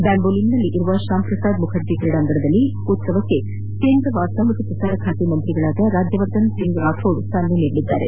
ಬ್ಲಾಂಬೋಲಿಮ್ನಲ್ಲಿರುವ ಶ್ಲಾಮ್ ಪ್ರಸಾದ್ ಮುಖರ್ಜಿ ಸ್ಲೇಡಿಯಂನಲ್ಲಿ ಚಲನಚಿತ್ರೋತ್ಸವಕ್ಕೆ ಕೇಂದ್ರ ವಾರ್ತಾ ಮತ್ತು ಪ್ರಸಾರ ಬಾತೆ ಸಚಿವ ರಾಜ್ಯವರ್ಧನ್ ಸಿಂಗ್ ರಾಥೋಡ್ ಚಾಲನೆ ನೀಡಲಿದ್ದಾರೆ